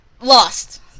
lost